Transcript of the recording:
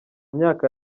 myaka